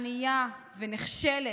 ענייה ונחשלת.